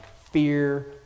Fear